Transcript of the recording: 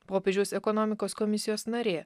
popiežiaus ekonomikos komisijos narė